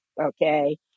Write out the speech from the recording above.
okay